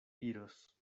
iros